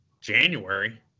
January